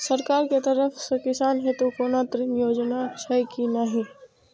सरकार के तरफ से किसान हेतू कोना ऋण योजना छै कि नहिं?